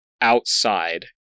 outside